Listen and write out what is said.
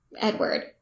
Edward